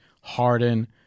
Harden